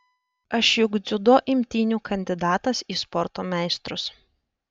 aš juk dziudo imtynių kandidatas į sporto meistrus